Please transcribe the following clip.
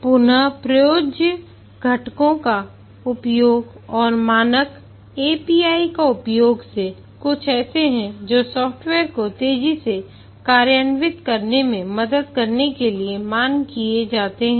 पुन प्रयोज्य घटकों का उपयोग और मानक API का उपयोग ये कुछ ऐसे हैं जो सॉफ्टवेयर को तेजी से कार्यान्वित करने में मदद करने के लिए मान लिए जाते हैं